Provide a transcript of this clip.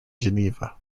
geneva